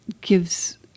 gives